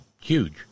huge